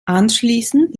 anschließend